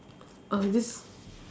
uh this